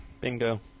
Bingo